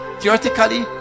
theoretically